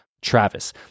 Travis